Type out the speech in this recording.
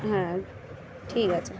হ্যাঁ ঠিক আছে